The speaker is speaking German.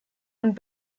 und